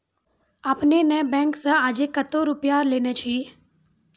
आपने ने बैंक से आजे कतो रुपिया लेने छियि?